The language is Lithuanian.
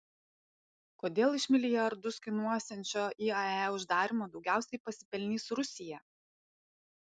kodėl iš milijardus kainuosiančio iae uždarymo daugiausiai pasipelnys rusija